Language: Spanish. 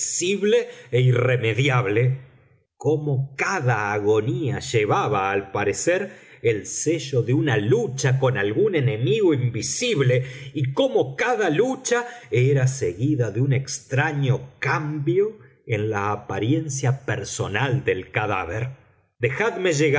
inflexible e irremediable cómo cada agonía llevaba al parecer el sello de una lucha con algún enemigo invisible y cómo cada lucha era seguida de un extraño cambio en la apariencia personal del cadáver dejadme